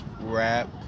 rap